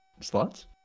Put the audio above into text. slots